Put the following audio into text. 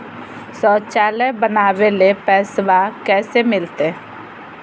शौचालय बनावे ले पैसबा कैसे मिलते?